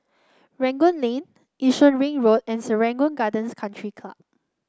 Rangoon Lane Yishun Ring Road and Serangoon Gardens Country Club